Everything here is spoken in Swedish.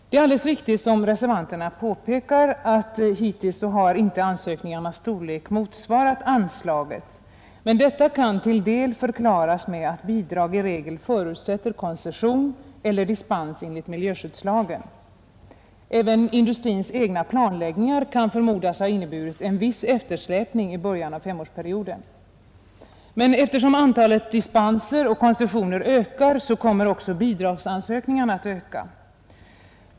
Det är alldeles riktigt som reservanterna påpekar att ansökningarnas storlek hittills inte har motsvarat anslaget, men detta kan till en del förklaras med att bidrag i regel förutsätter koncession eller dispens enligt miljöskyddslagen. Även industrins egna planläggningar kan förmodas ha inneburit en viss eftersläpning i början av femårsperioden. Men eftersom antalet dispenser och koncessioner ökar, kommer också bidragsansökningarna att öka.